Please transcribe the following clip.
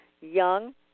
young